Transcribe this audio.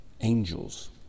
angels